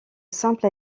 simple